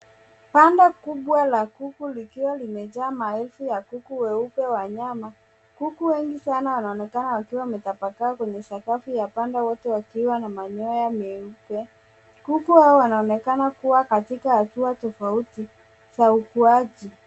Banda kubwa la kuku likiwa limejaa maelfu ya kuku weupe wa nyama. Kuku wengi sana wanaonekana wakiwa wametapakaa kwenye sakafu ya banda, wote wakiwa na manyoya meupe. Kuku hawa wanaonekana kuwa katika hatua tofauti za ukuaji.